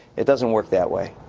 it doesn't work that way.